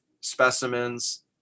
specimens